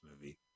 movie